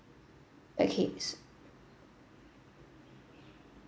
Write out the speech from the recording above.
uh cakes